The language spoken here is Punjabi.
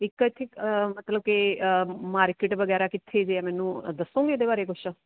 ਇੱਕ ਇੱਥੇ ਮਤਲਬ ਕਿ ਮਾਰਕਿਟ ਵਗੈਰਾ ਕਿੱਥੇ ਜਿਹੇ ਹੈ ਮੈਨੂੰ ਦੱਸੋਗੇ ਇਹਦੇ ਬਾਰੇ ਕੁਛ